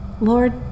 Lord